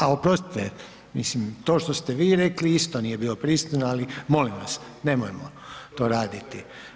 A oprostite, mislim, to što ste vi rekli, isto nije bilo pristojno ali molim vas, nemojmo to raditi.